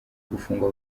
gufungwa